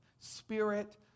spirit